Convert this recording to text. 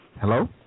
Hello